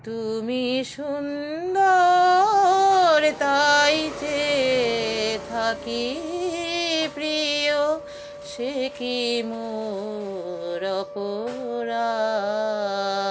তুমি সুন্দর তাই চেয়ে থাকি প্রিয় সে কি মোর অপরাধ